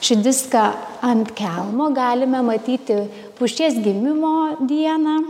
šį diską ant kelmo galime matyti pušies gimimo dieną